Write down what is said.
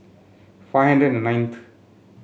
five hundred and ninth